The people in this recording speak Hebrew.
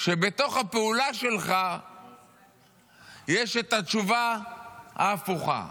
שבתוך הפעולה שלך יש את התשובה ההפוכה.